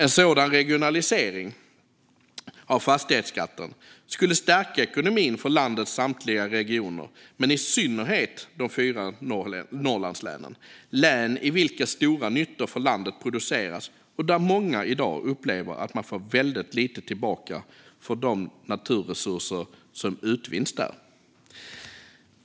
En sådan regionalisering av fastighetsskatten skulle stärka ekonomin för landets samtliga regioner, men i synnerhet för de fyra norrlandslänen - län i vilka stora nyttor för landet produceras och där många i dag upplever att de får väldigt lite tillbaka för de naturresurser som utvinns där.